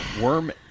worm